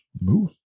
Moose